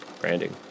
branding